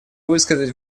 высказать